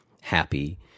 happy